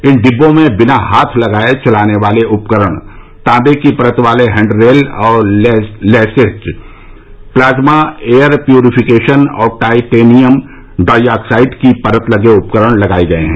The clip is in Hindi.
इन डिब्बों में बिना हाथ लगाए चलाने वाले उपकरण तांबे की परत वाले हैंडरेल और लैचेस प्लाज्मा एयर प्यूरीफिकेशन और टाइटेनियम डाईऑक्साइड की परत लगे उपकरण लगाए गए हैं